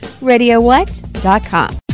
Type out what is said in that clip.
RadioWhat.com